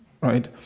right